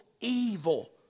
evil